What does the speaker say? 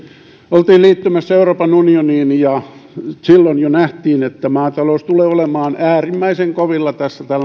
oltiin liittymässä euroopan unioniin ja silloin jo nähtiin että maatalous tulee olemaan äärimmäisen kovilla